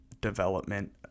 development